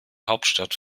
hauptstadt